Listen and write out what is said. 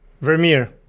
Vermeer